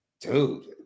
dude